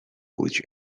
which